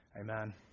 Amen